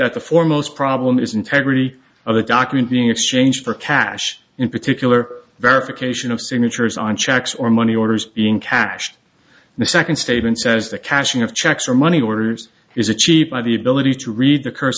that the foremost problem is integrity of the document being exchanged for cash in particular verification of signatures on checks or money orders in cash the second statement says the cashing of checks or money orders is a cheap buy the ability to read the curs